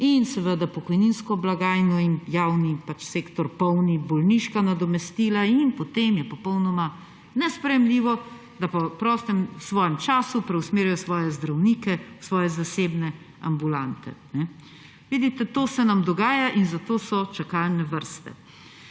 Seveda pokojninsko blagajno in javni sektor polni bolniška nadomestila in potem je popolnoma nesprejemljivo, da pa v svojem prostem času preusmerijo svoje zdravnike v svoje zasebne ambulante. Vidite, to se nam dogaja in zato so čakalne vrste.